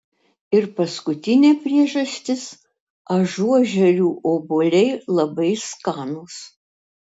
ir paskutinė priežastis ažuožerių obuoliai labai skanūs